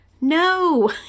No